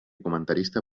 comentarista